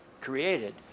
created